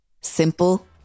simple